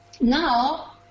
Now